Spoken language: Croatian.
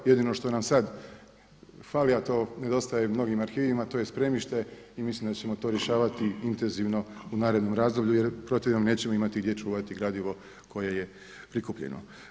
Jedino što nam sada fali, a to nedostaje mnogim arhivima to je spremište i mislim da ćemo to rješavati intenzivno u narednom razdoblju jer u protivnom nećemo imati gdje čuvati gradivo koje je prikupljeno.